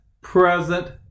present